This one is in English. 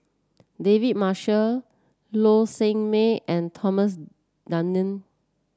David Marshall Low Sanmay and Thomas Dunman